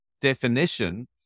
definition